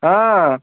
ହଁ